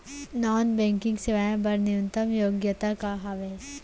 Non banking सेवाएं बर न्यूनतम योग्यता का हावे?